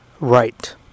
right